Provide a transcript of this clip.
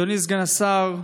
אדוני סגן השר,